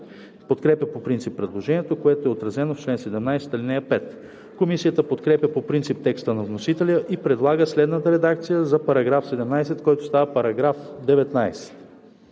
подкрепя по принцип предложението, което е отразено в чл. 17, ал. 5. Комисията подкрепя по принцип текста на вносителя и предлага следната редакция за § 17, който става § 19: „§ 19.